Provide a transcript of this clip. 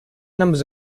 numbers